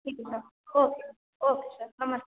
ठीक है साहब ओके ओके सर नमस्कार